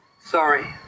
Sorry